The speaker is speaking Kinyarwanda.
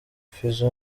fizzo